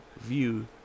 view